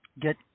get